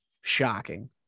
shocking